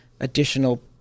additional